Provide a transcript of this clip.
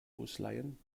ausleihen